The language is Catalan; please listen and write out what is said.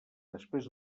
després